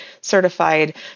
certified